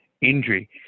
injury